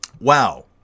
Wow